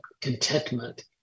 contentment